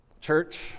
Church